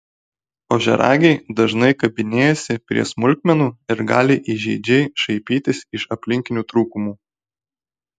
ožiaragiai dažnai kabinėjasi prie smulkmenų ir gali įžeidžiai šaipytis iš aplinkinių trūkumų